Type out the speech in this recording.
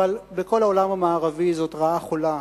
אבל בכל העולם המערבי זאת רעה חולה,